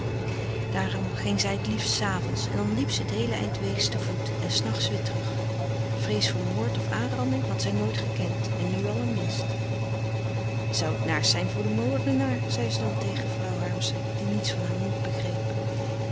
daarom ging zij liefst s avonds en dan liep ze t heele eind weegs te voet en s nachts weer terug vrees voor moord of aanranding had zij nooit gekend en nu allerminst t zou t naarst zijn voor den moordenaar zei ze dan tegen vrouw harmsen die niets van haar moed begreep